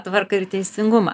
tvarką ir teisingumą